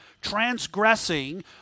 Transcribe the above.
transgressing